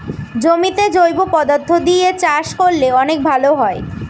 জমিতে জৈব পদার্থ দিয়ে চাষ করলে অনেক লাভ হয়